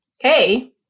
Hey